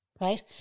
Right